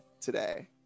today